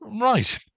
Right